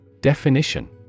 Definition